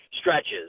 stretches